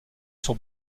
sur